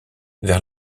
vers